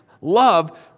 Love